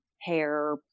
hair